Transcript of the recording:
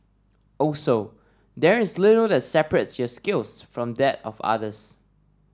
also there is little that separates your skills from that of others